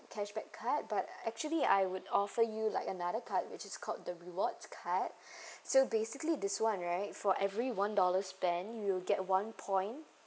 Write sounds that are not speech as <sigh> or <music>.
cashback card but actually I would offer you like another card which is called the rewards card <breath> so basically this one right for every one dollar spend you'll get one point